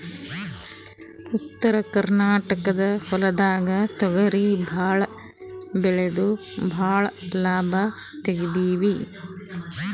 ಉತ್ತರ ಕರ್ನಾಟಕ ಹೊಲ್ಗೊಳ್ದಾಗ್ ತೊಗರಿ ಭಾಳ್ ಬೆಳೆದು ಭಾಳ್ ಲಾಭ ತೆಗಿತೀವಿ